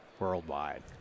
Worldwide